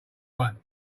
won